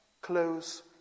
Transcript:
close